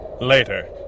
Later